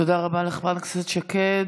תודה רבה לחברת הכנסת שקד.